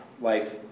life